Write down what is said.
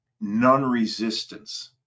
non-resistance